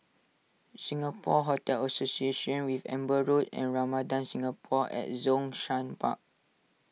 Singapore Hotel Association with Amber Road and Ramada Singapore at Zhongshan Park